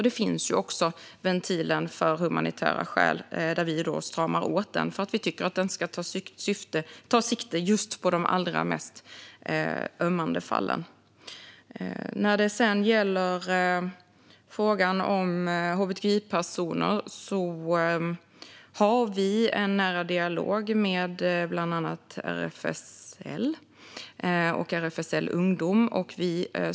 Det finns också en ventil för humanitära skäl, som vi stramar åt för att vi tycker att den ska ta sikte på just de allra mest ömmande fallen. När det gäller frågan om hbtqi-personer har vi en nära dialog med bland annat RFSL och RFSL Ungdom.